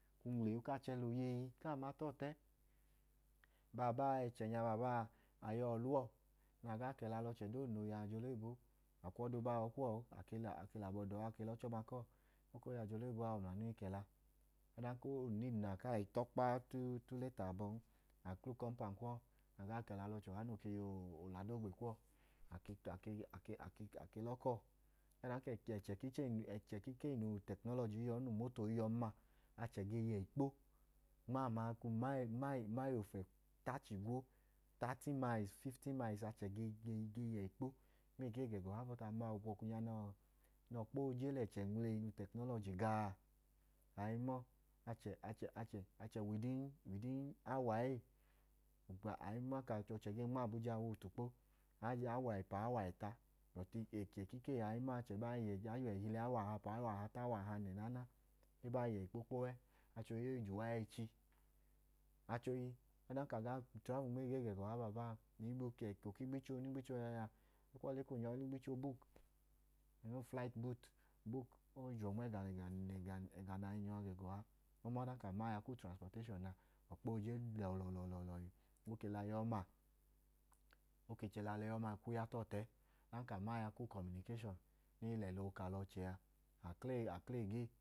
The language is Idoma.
Onwleyi ka achẹ lẹ oyeyi kaa maa tọọtẹ. Baabaa, a yọ ọlẹ uwọ, a gaa kẹla lẹ ọchẹ doodu noo yọ ajẹ ọlẹ oyibo, a kwu ọda olẹ ahọ bọọ u, a ke lẹ abọ da ọọ a ka lẹ ọchẹ ọma kọọlu. Nẹ awọ mla anu i kẹla. Ọdanka o lẹ uniidi nẹ a kaa i a uleta abọn. A gaa kẹla lẹ ọchẹ aman ka oota uleta abọn. A kla ukọpaọnd kuwọ, a gaa kẹla lẹ ọchẹ ọha noo yọ adogbe kuwọ, a ke a ke ake lẹ ọọ kọl. Ẹchẹ ku ikee nẹ utẹknọlọji i yọn, nẹ umoto i yọn ma, achẹ i yẹ ikpo, umayi, umayi umayilu ofẹta chigwo, taati mayilu, fifti mayilu a. achẹ ohi ge yẹ ikpo nma ẹgee g ẹga ọha. Aman abalọbanya nẹ ọkpa ooje lẹ ẹchẹ nwla eyi nẹ utẹknọlọji ga a, i ma ọọ, achẹ, achẹ, achẹ, widin, widin awa ee, a i ma ka achẹ gee nma abuja wa otukpo. A i je awa ẹpa awa ẹta. Eko ku ikee, achẹ ba i yẹ awa ẹhili awa ahata awa ahanẹ naana e ba i yẹ ikpo kpọ ẹ. Achẹ ohi, o i je uwa ẹchi. Achẹ ohi, ọdanka a gaa travu nma ẹda ee ga ẹga ọha baabaa, eko nẹ ugbicho yọ nya, ẹkuwọ le ka a nyọ i lẹ ugbicho buuku, lẹ uflayiti buuku, o i je uwọ nma ẹga nẹ a inyọ a ga ẹga ọha. So ọdanka a ma aya ku utranspọteshọn a, ọkpa ooje gbẹ lọọlọọhi. O ke chẹ lẹ aya ọma kwu ya tọọtẹ. Ọdanka a ma a ya ukọminikeshọn nẹ i hi lẹ ẹla ooka lẹ ọchẹ a, ọdanka a kla ẹga ee.